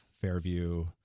Fairview